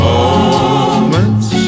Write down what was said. Moments